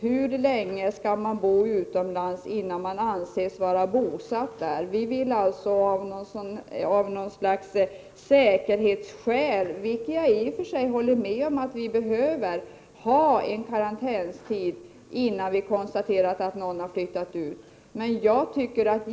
Hur länge skall man vistas utomlands innan man kan anses vara bosatt där? Jag håller i och för sig med om att det av säkerhetsskäl behövs en karantänstid, innan det kan konstateras att någon flyttat utomlands.